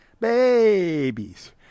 Babies